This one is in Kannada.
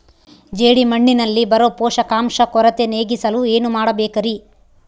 ಜೇಡಿಮಣ್ಣಿನಲ್ಲಿ ಬರೋ ಪೋಷಕಾಂಶ ಕೊರತೆ ನೇಗಿಸಲು ಏನು ಮಾಡಬೇಕರಿ?